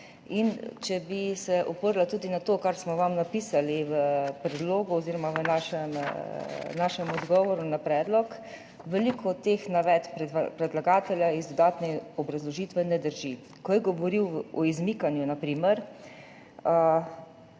Če bi se oprla tudi na to, kar smo vam napisali v predlogu oziroma v našem odgovoru na predlog, veliko teh navedb predlagatelja iz dodatne obrazložitve ne drži. Ko je govoril o izmikanju,